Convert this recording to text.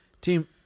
team